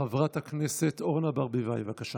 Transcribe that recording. חברת הכנסת אורנה ברביבאי, בבקשה.